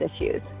issues